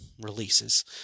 releases